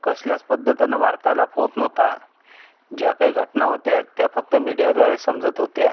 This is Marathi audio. कसल्याच पद्धतींन वार्तालाफ होत नव्हता ज्या काही घटना होत्या त्या फक्त मिडियाद्वारे समजत होत्या